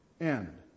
end